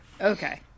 Okay